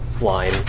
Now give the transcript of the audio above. line